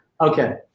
Okay